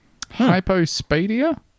Hypospadia